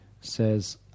says